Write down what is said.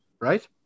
Right